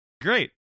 Great